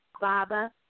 Baba